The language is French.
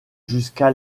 jusqu’à